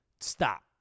Stop